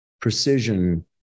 precision